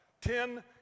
Ten